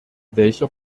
welcher